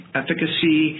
efficacy